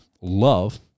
love